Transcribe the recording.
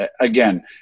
again